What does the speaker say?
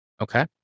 Okay